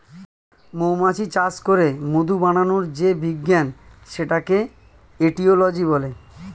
মৌমাছি চাষ করে মধু বানানোর যে বিজ্ঞান সেটাকে এটিওলজি বলে